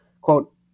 quote